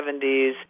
1970s